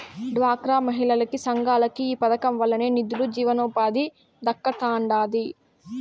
డ్వాక్రా మహిళలకి, సంఘాలకి ఈ పదకం వల్లనే నిదులు, జీవనోపాధి దక్కతండాడి